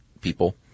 people